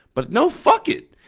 but, no, fuck it.